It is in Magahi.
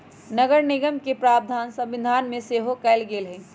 नगरनिगम के प्रावधान संविधान में सेहो कयल गेल हई